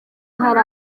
hari